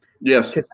Yes